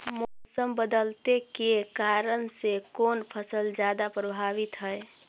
मोसम बदलते के कारन से कोन फसल ज्यादा प्रभाबीत हय?